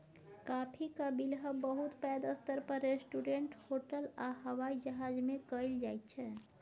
काफीक बिलहब बहुत पैघ स्तर पर रेस्टोरेंट, होटल आ हबाइ जहाज मे कएल जाइत छै